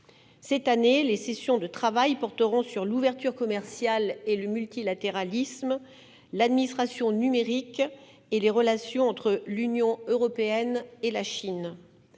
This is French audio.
cette année, les sessions de travail porteront sur l'ouverture commerciale et le multilatéralisme l'administration numérique et les relations entre l'Union européenne et la Chine